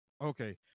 Okay